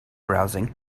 browsing